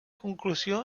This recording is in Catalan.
conclusió